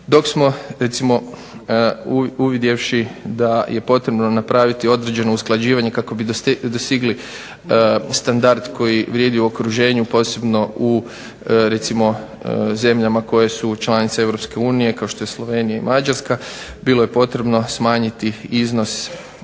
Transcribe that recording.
Dok smo uvidjevši da je potrebno napraviti određeno usklađivanje kako bi dostigli standard koji vrijedi u okruženju posebno u zemljama koje su članice europske unije kao što je Slovenija i Mađarska bilo je potrebno smanjiti iznos